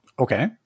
Okay